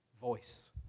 voice